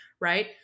right